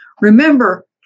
remember